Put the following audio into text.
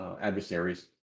adversaries